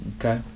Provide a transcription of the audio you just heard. Okay